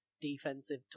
defensive